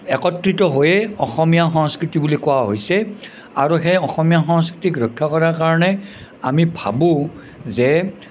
একত্ৰিত হৈয়ে অসমীয়া সংস্কৃতি বুলি কোৱা হৈছে আৰু সেই অসমীয়া সংস্কৃতিক ৰক্ষা কৰাৰ কাৰণে আমি ভাবোঁ যে